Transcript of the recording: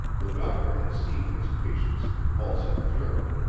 the doctor had seen his patient's convulsive jerk.